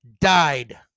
died